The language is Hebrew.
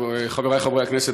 חברי חברי הכנסת,